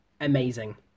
amazing